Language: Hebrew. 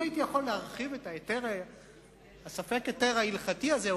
אם הייתי יכול להרחיב את ספק ההיתר ההלכתי הזה,